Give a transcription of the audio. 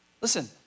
Listen